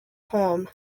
home